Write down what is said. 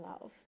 love